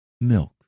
milk